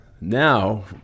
now